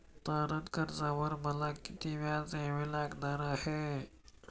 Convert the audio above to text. तारण कर्जावर मला किती व्याज द्यावे लागणार आहे?